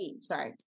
Sorry